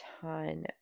ton